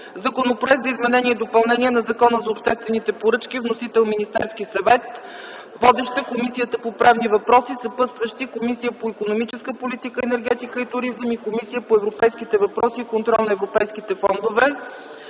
Законопроект за изменение и допълнение на Закона за обществените поръчки. Вносител – Министерски съвет. Водеща – Комисията по правни въпроси, съпътстващи Комисия по икономическа политика, енергетика и туризъм и Комисия по европейските въпроси и контрол на европейските фондове;